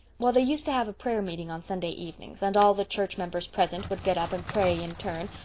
well, they used to have a prayer meeting on sunday evenings, and all the church members present would get up and pray in turn,